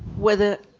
whether